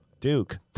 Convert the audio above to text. Duke